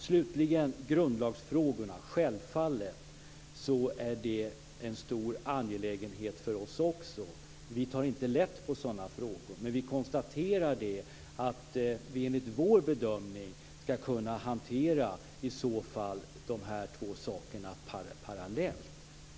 Självfallet är grundlagsfrågorna mycket angelägna också för oss. Vi tar inte lätt på sådana frågor, men vi konstaterar att vi enligt vår bedömning i så fall skall kunna hantera de här två sakerna parallellt.